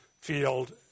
field